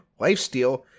Lifesteal